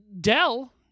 Dell